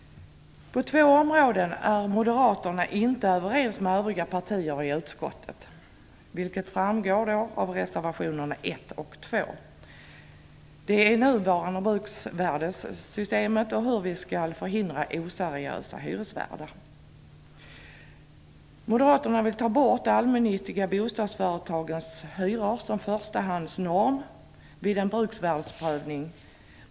På två områden är moderaterna inte överens med övriga partier i utskottet, vilket framgår av reservationerna 1 och 2. De handlar om det nuvarande bruksvärdessystemet och om hur vi skall komma till rätta med oseriösa hyresvärdar. Moderaterna vill ta bort de allmännyttiga bostadsföretagens hyror som förstahandsnorm vid en bruksvärdesprövning.